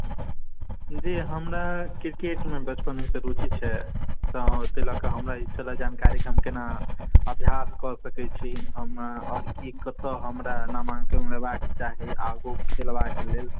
जे हमरा क्रिकेट मे बचपने से रूचि छै तऽ ताहि लए के हमरा ई जानकारी लेबाक छलए कि हम केना अभ्यास कय सकै छी हम आओर कि कत्तौ हमरा नामांकन लेबाक चाही आगू खेलबाक लेल